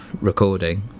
recording